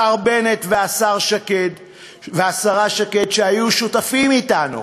השר בנט והשרה שקד, שהיו שותפים אתנו